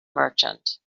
merchant